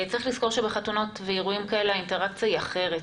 צריך לזכור שבחתונות ובאירועים מעין אלה האינטראקציה אחרת.